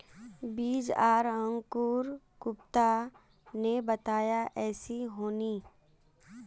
बीज आर अंकूर गुप्ता ने बताया ऐसी होनी?